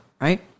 right